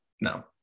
no